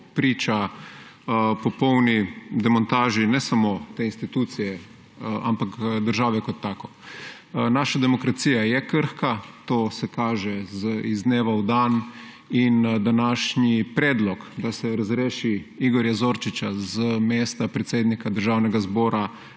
priča popolni demontaži ne samo te institucije, ampak države. Naša demokracija je krhka, to se kaže iz dneva v dan. Današnji predlog, da se razreši Igorja Zorčiča z mesta predsednika Državnega zbora,